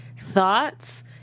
thoughts